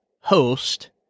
host